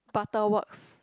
Butterworks